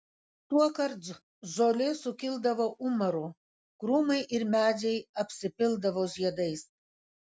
tuokart žolė sukildavo umaru krūmai ir medžiai apsipildavo žiedais